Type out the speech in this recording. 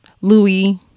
louis